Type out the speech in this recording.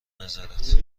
نظرت